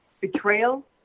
betrayal